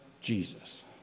Jesus